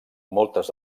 moltes